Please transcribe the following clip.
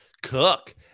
cook